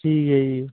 ਠੀਕ ਹੈ ਜੀ